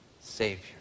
Savior